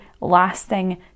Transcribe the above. lasting